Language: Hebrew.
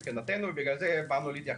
מבחינתנו זה ספאם ולכן באנו לכאן להתייחס.